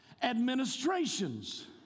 Administrations